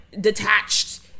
detached